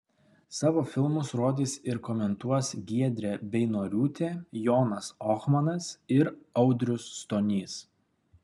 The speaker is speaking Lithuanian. savo filmus rodys ir komentuos giedrė beinoriūtė jonas ohmanas ir audrius stonys